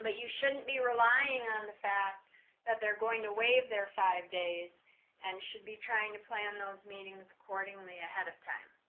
um you shouldn't be relying on the fact that they're going to waive their five days and should be trying to plan those meetings accordingly ahead of time.